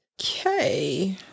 Okay